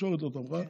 התקשורת לא תמכה.